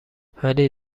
ولی